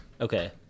Okay